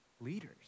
leaders